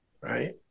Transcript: right